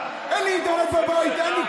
אין לי אינטרנט בבית, אין לי כלום.